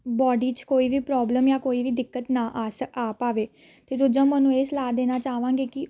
body 'ਚ ਕੋਈ ਵੀ ਪ੍ਰੋਬਲਮ ਜਾਂ ਕੋਈ ਵੀ ਦਿੱਕਤ ਨਾ ਆ ਸਾ ਆ ਪਾਵੇ ਅਤੇ ਦੂਜਾ ਮੈਂ ਉਹਨੂੰ ਇਹ ਸਲਾਹ ਦੇਣਾ ਚਾਹਵਾਂਗੀ ਕਿ